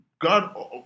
God